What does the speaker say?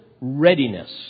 readiness